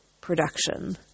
production